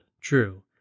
true